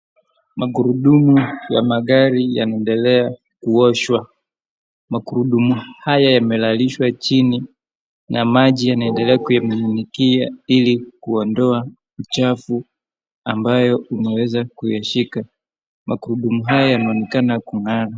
Magurudumu ya magari yanaendelea kuoshwa. Magurudumu haya yamelalishwa chini na maji inaendelea kuimiminikia ili kuondoa uchafu ambayo umeweza kuyashika. Magurudumu haya yanaonekana kung'aa.